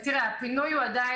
הפינוי עדיין,